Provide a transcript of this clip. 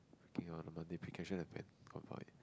freaking out on a Monday damn bad can't